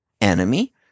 enemy